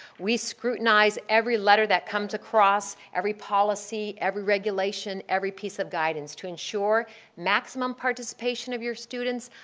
we scrutinize every letter that comes across. every policy. every regulation. every piece of guidances to ensure maximum participation of your students,